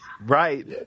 Right